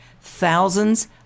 Thousands